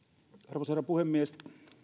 arvoisa herra puhemies